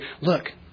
Look